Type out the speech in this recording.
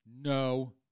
No